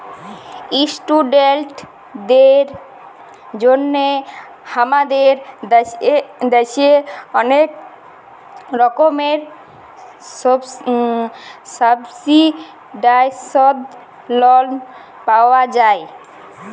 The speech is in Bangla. ইশটুডেন্টদের জন্হে হামাদের দ্যাশে ওলেক রকমের সাবসিডাইসদ লন পাওয়া যায়